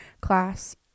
class